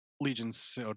Legion's